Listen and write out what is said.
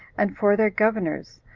and for their governors,